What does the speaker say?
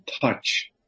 touch